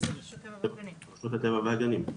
רשות הטבע והגנים.